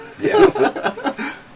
Yes